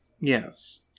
Yes